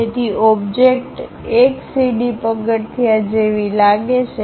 તેથી ઓબ્જેક્ટ એક સીડી પગથિયા જેવી લાગે છે